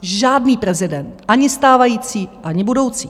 Žádný prezident, ani stávající, ani budoucí.